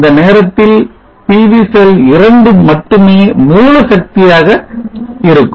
இந்த நேரத்தில் PV cell 2 மட்டுமே மூல சக்தியாக இருக்கும்